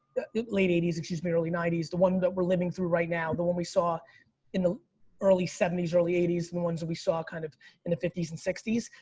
late eighties excuse me, early nineties, the one that we're living through right now, the one we saw in the early seventies, early eighties, the ones that we saw kind of in the fifties and sixties,